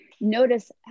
notice